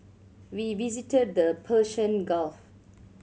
we visited the Persian Gulf